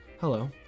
Hello